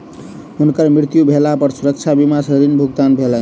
हुनकर मृत्यु भेला पर सुरक्षा बीमा सॅ ऋण भुगतान भेलैन